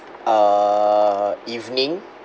uh evening